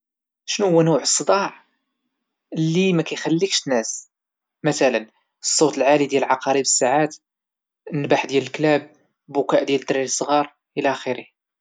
شنوهوا نوع الصداع اللي ما كايخليكش تنعس مثلا الصوت العالي ديال عقارب الساعات! النباح ديال الكلاب! البكاء ديال الدراري الصغار الى آخره؟